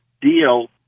deal